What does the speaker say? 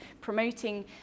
promoting